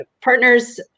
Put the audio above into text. partners